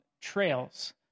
trails